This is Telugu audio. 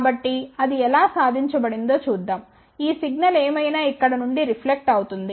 కాబట్టి అది ఎలా సాధించబడుతుందో చూద్దాం ఈ సిగ్నల్ ఏమైనా ఇక్కడ నుండి రిఫ్లెక్ట్ అవుతుంది